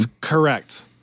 Correct